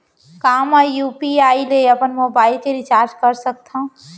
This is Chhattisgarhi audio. का मैं यू.पी.आई ले अपन मोबाइल के रिचार्ज कर सकथव?